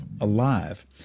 alive